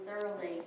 thoroughly